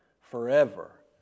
forever